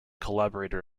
collaborator